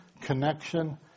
connection